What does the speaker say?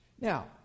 Now